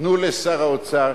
תנו לשר האוצר,